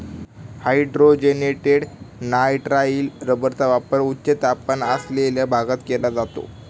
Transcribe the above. hydrogenated nitrile रबरचा वापर उच्च तापमान असलेल्या भागात केला जातो